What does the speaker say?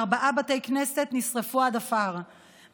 ארבעה בתי כנסת נשרפו עד עפר,